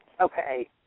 Okay